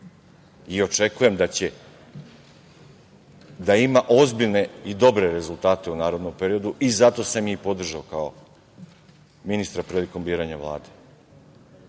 Očekujem da će da ima ozbiljne i dobre rezultate u narednom periodu i zato sam je i podržao kao ministra prilikom biranja Vlade. Isto